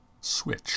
switch